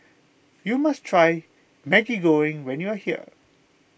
you must try Maggi Goreng when you are here